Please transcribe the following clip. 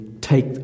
take